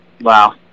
Wow